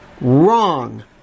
wrong